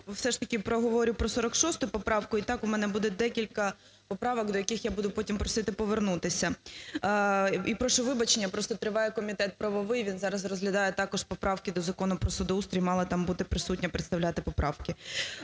все ж таки проговорю про 46 поправку, і так у мене буде декілька поправок, до яких я буду потім просити повернутися. І прошу вибачення, просто триває Комітет правовий, він зараз розглядає також поправки до Закону про судоустрій, мала там бути присутня, представляти поправки.